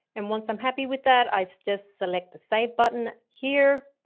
and once i'm happy with that, i so just select the save button here